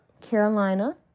Carolina